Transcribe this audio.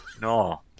no